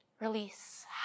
Release